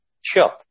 Sure